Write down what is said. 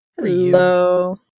Hello